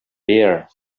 beer